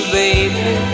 baby